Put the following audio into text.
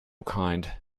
kind